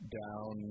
down